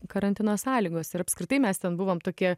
karantino sąlygos ir apskritai mes ten buvom tokie